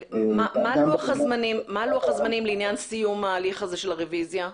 מה לוח הזמנים לעניין סיום ההליך הזה של הרביזיה?